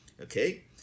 okay